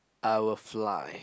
I will fly